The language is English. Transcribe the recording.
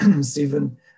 Stephen